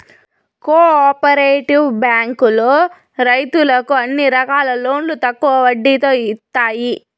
co operative బ్యాంకులో రైతులకు అన్ని రకాల లోన్లు తక్కువ వడ్డీతో ఇత్తాయి